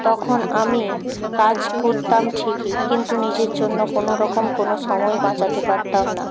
তখন আমি কাজ করতাম ঠিকই কিন্তু নিজের জন্য কোনো রকম কোনো সময় বাঁচাতে পারতাম না